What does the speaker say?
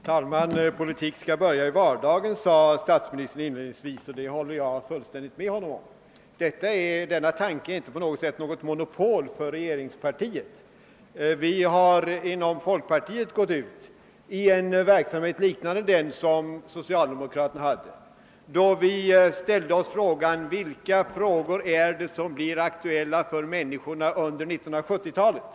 Herr talman! Politiken skall börja i vardagen, sade statsministern inledningsvis, och det håller jag fullständigt med honom om. Denna tanke har inte regeringspartiet på något sätt monopol på. Vi har inom folkpartiet gått ut på fältet med en verksamhet liknande socialdemokraternas. Vi ställde oss frågan: Vilka problem är det som blir aktuella för människorna under 1970 talet?